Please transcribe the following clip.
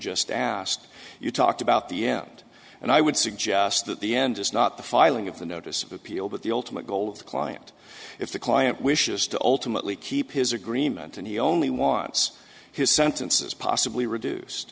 just asked you talked about the end and i would suggest that the end is not the filing of the notice of appeal but the ultimate goal of the client if the client wishes to ultimately keep his agreement and he only wants his sentences possibly reduced